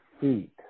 feet